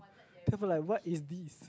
then they will be like what is this